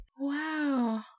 Wow